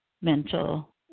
mental